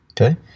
Okay